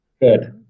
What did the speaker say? Good